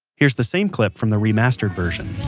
here's the same clip from the remastered version